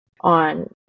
on